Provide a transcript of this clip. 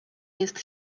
jest